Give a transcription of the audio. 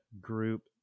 group